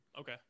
Okay